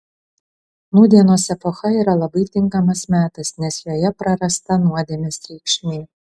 nūdienos epocha yra labai tinkamas metas nes joje prarasta nuodėmės reikšmė